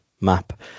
map